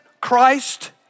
Christ